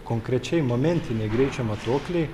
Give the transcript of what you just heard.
konkrečiai momentiniai greičio matuokliai